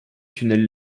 tunnels